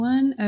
One